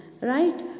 right